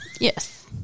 Yes